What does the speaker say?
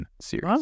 series